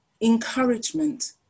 encouragement